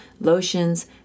lotions